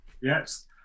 yes